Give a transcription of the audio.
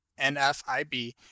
NFIB